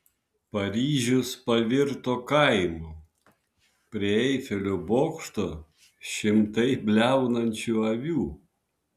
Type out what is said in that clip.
paryžius pavirto kaimu prie eifelio bokšto šimtai bliaunančių avių